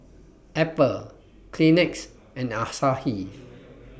Apple Kleenex and Asahi